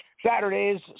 Saturdays